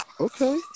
Okay